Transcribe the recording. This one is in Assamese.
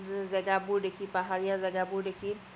জে জেগাবোৰ দেখি পাহাৰীয়া জেগাবোৰ দেখি